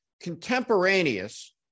Contemporaneous